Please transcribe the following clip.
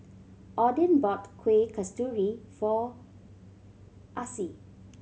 Odin bought Kuih Kasturi for Acie